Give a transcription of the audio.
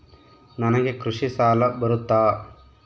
ನನಗೆ ಕೃಷಿ ಸಾಲ ಬರುತ್ತಾ?